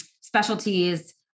specialties